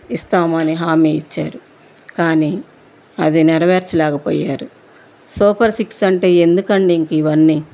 ఇస్తాము అని హామీ ఇచ్చారు కానీ అది నెరవేర్చలేకపోయారు సూపర్ సిక్స్ అంటే ఎందుకండీ ఇంక ఇవన్నీ